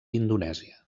indonèsia